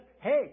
Hey